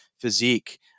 physique